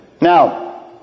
Now